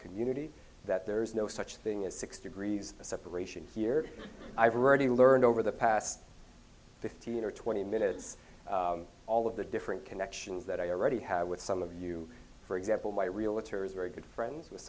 community that there's no such thing as six degrees of separation here i've already learned over the past fifteen or twenty minutes all of the different connections that i already have with some of you for example my real litter is very good friends with